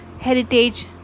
heritage